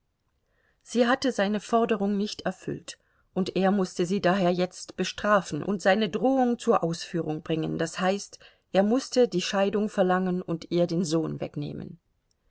sie hatte seine forderung nicht erfüllt und er mußte sie daher jetzt bestrafen und seine drohung zur ausführung bringen das heißt er mußte die scheidung verlangen und ihr den sohn wegnehmen